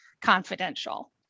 confidential